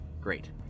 great